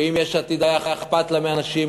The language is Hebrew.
ואם ליש עתיד היה אכפת מאנשים,